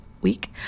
week